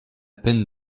peine